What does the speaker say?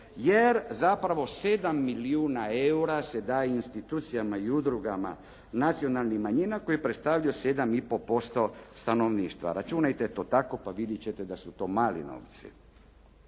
jer zapravo 7 milijuna eura se daje institucijama i udrugama nacionalnih manjina koje predstavljaju 7,5% stanovništva. Računajte to tako pa vidjeti ćete da su to mali novci.